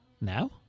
Now